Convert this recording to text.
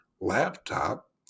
laptop